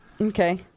Okay